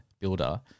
builder